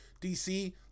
DC